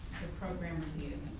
program review.